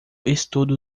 estuda